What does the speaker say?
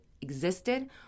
existed